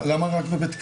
למה רק בבית כנסת?